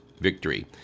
victory